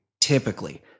typically